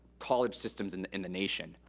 college systems in the in the nation.